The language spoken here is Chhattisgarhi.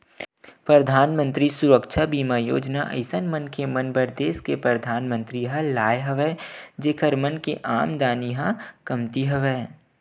परधानमंतरी सुरक्छा बीमा योजना अइसन मनखे मन बर देस के परधानमंतरी ह लाय हवय जेखर मन के आमदानी ह कमती हवय